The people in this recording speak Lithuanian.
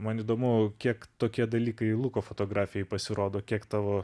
man įdomu kiek tokie dalykai luko fotografijoj pasirodo kiek tavo